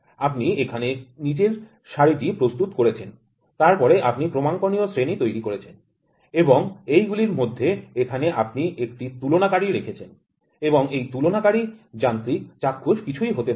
আপনি এখানে নিজের সারিটি প্রস্তুত করেছেন তারপরে আপনি ক্রমাঙ্কনীয় শ্রেণী তৈরি করেছেন এবং এইগুলির মধ্যে এখানে আপনি একটি তুলনাকারী রেখেছেন এবং এই তুলনাকারটি যান্ত্রিক চাক্ষুষ কিছুই হতে পারে